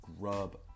grub